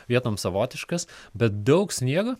vietom savotiškas bet daug sniego